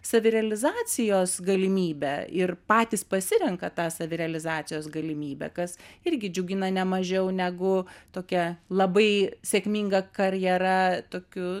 savirealizacijos galimybę ir patys pasirenka tą savirealizacijos galimybę kas irgi džiugina ne mažiau negu tokia labai sėkminga karjera tokiu